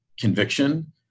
conviction